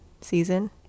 season